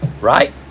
Right